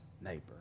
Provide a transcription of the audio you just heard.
neighbor